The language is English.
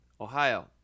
Ohio